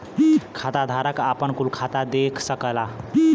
खाताधारक आपन कुल खाता देख सकला